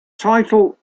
title